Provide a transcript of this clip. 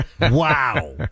Wow